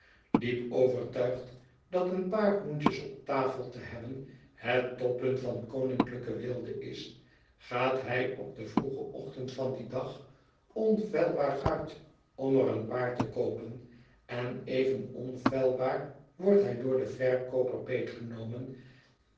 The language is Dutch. diep overtuigd dat een paar hoentjes op tafel te hebben het toppunt van koninklijke weelde is gaat hij op den vroegen ochtend van dien dag onfeilbaar uit om er een paar te koopen en even onfeilbaar wordt hij door den verkooper